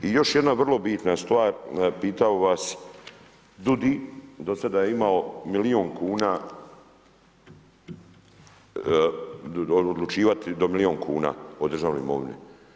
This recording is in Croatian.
I još jedna vrlo bitna stvar pitao vas DUUDI, do sada je imao milijun kuna, odlučivati do milijun kuna u državnoj imovini.